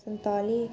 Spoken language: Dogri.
संताली